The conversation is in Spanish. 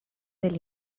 del